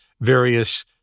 various